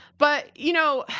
but, you know,